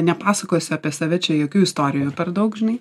nepasakosiu apie save čia jokių istorijų per daug žinai